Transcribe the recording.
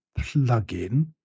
plugin